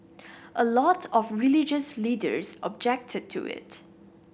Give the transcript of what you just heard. a lot of religious leaders objected to it